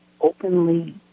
openly